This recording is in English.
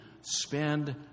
spend